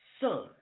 son